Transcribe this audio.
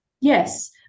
Yes